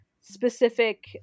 specific